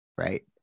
right